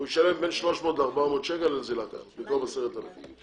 הוא ישלם בין 300 ל-400 שקל לנזילה במקום 10,000 שקלים.